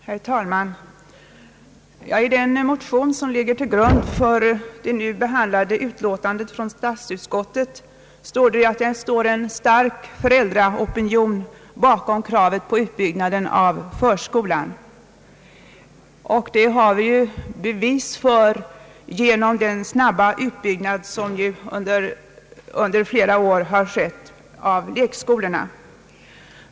Herr talman! I de motioner, som ligger till grund för det nu behandlade utlåtandet från statsutskottet, framhålles att en stark föräldraopinion står bakom kravet på utbyggnad av förskolan. Det har vi ju bevis för genom den snabba utbyggnad som under flera år har skett av lekskolorna.